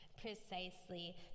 Precisely